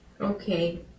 okay